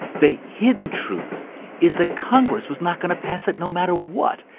the hidden truth is that congress was not going to pass it no matter what,